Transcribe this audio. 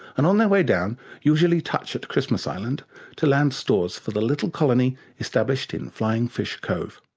and on their way down usually touch at christmas island to land stores for the little colony established in flying fish cove.